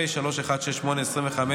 פ/3168/25,